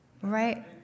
Right